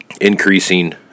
increasing